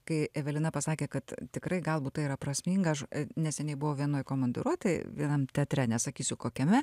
kai evelina pasakė kad tikrai galbūt tai yra prasminga aš neseniai buvo vienoj komandiruotėj vienam teatre nesakysiu kokiame